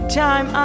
time